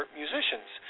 musicians